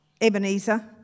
Ebenezer